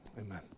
Amen